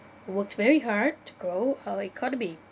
worked very hard to grow our economy